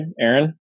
Aaron